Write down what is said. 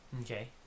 Okay